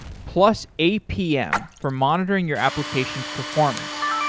plus, apm for monitoring your application's performance.